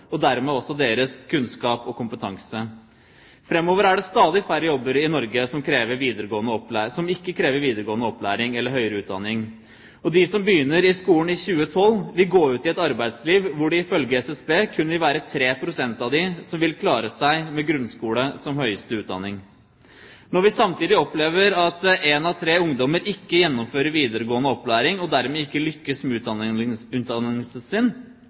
og dermed også til deres kunnskap og kompetanse. Framover vil det være stadig færre jobber i Norge som ikke krever videregående opplæring eller høyere utdanning. De som begynner på skolen i 2012, vil gå ut i et arbeidsliv hvor det ifølge SSB kun vil være 3 pst. som vil klare seg med grunnskole som høyeste utdanning. Når vi samtidig opplever at én av tre ungdommer ikke gjennomfører videregående opplæring, og dermed ikke lykkes med utdanningen sin,